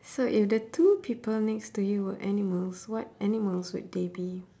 so if the two people next to you were animals what animals would they be